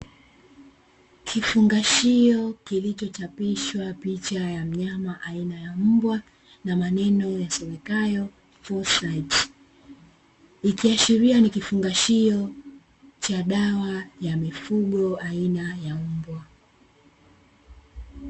Kifungashio kilichochapishwa picha ya mnyama aina ya mbwa na maneno yasomekayo "folcides" ikiashiria ni kifungashio cha dawa ya mifugo aina ya mbwa.